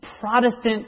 Protestant